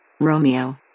Romeo